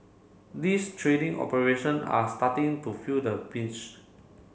these trading operation are starting to feel the pinch